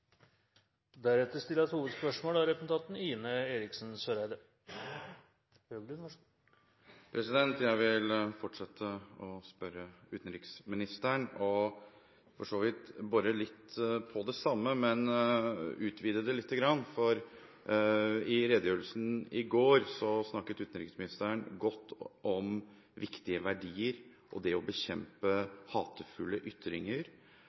Jeg vil fortsette å spørre utenriksministeren. Jeg vil for så vidt bore litt på det samme, men utvide det litt. I redegjørelsen i går snakket utenriksministeren godt om viktige verdier og det å bekjempe hatefulle ytringer.